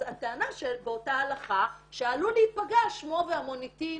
אז הטענה באותה הלכה היא שעלול להיפגע שמו והמוניטין